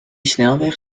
snelweg